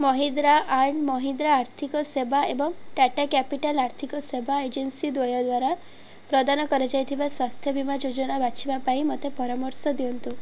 Mahindra and Mahindra ଆର୍ଥିକ ସେବା ଏବଂ ଟାଟା କ୍ୟାପିଟାଲ୍ ଆର୍ଥିକ ସେବା ଏଜେନ୍ସି ଦ୍ୱୟ ଦ୍ଵାରା ପ୍ରଦାନ କରାଯାଇଥିବା ସ୍ୱାସ୍ଥ୍ୟ ବୀମା ଯୋଜନା ବାଛିବା ପାଇଁ ମୋତେ ପରାମର୍ଶ ଦିଅନ୍ତୁ